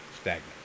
Stagnant